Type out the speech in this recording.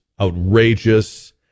outrageous